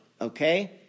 Okay